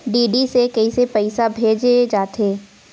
DD से कइसे पईसा भेजे जाथे?